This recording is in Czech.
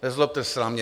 Nezlobte se na mě.